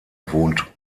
wohnt